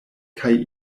kaj